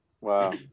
Wow